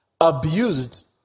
abused